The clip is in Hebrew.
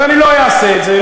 אבל אני לא אעשה את זה,